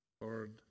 Lord